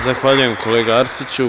Zahvaljujem, kolega Arsiću.